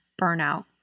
burnout